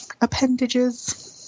appendages